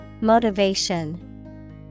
Motivation